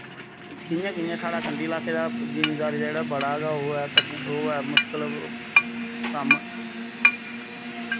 कियां कियां साढ़ा कंढी ल्हाके दा जिमीदारी दा जेह्ड़ा बड़ा गै ओह् ऐ ओह् ऐ मुश्कल कम्म